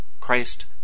Christ